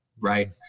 Right